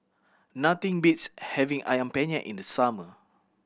nothing beats having Ayam Penyet in the summer